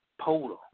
polar